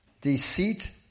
deceit